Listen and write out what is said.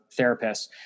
therapists